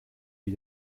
wie